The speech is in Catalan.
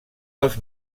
els